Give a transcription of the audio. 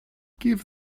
give